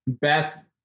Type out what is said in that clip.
Beth